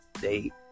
Date